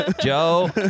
Joe